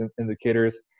indicators